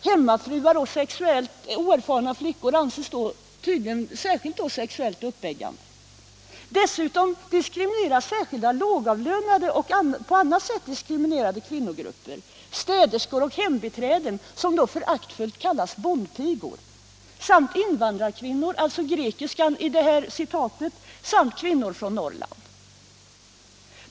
Hemmafruar och sexuellt oerfarna flickor anses tydligen särskilt sexuellt uppeggande. Dessutom diskrimineras särskilt lågavlönade och på annat sätt redan diskriminerade kvinnogrupper, såsom städerskor och hembiträden, som då föraktfullt kallas bondpigor, samt invandrarkvinnor — alltså grekiskan i det här citat — samt kvinnor från Norrland.